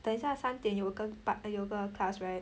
等一下三点有一个 part 有一个 class right